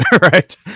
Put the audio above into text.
right